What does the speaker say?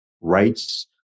rights